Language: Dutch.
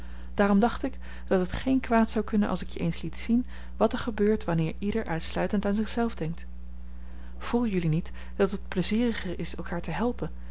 daarom dacht ik dat het geen kwaad zou kunnen als ik je eens liet zien wat er gebeurt wanneer ieder uitsluitend aan zichzelf denkt voel jullie niet dat het plezieriger is elkaar te helpen